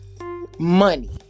Money